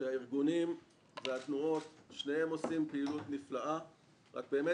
שהארגונים והתנועות שניהם עושים פעילות נפלאה רק באמת